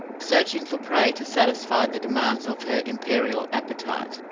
searching for prey to satisfy the demands of her imperial appetite.